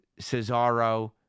Cesaro